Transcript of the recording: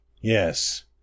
Yes